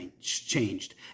changed